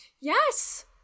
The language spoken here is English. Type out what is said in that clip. Yes